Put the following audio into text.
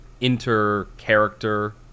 inter-character